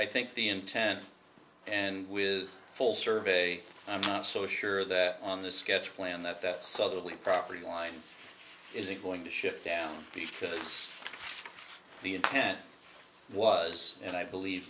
think the intent and with full survey i'm not so sure that on the sketch plan that that southerly property line isn't going to shift down because the intent was and i believe